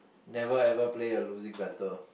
never ever play a losing battle